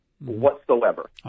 whatsoever